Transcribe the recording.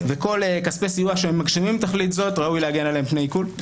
וכל כספי סיוע שמגשימים תכלית זאת ראוי להגן עליהם מפני עיקול.